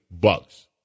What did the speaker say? bucks